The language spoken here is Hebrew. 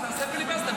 אז תעשה פיליבסטר.